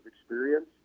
experience